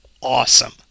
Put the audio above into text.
awesome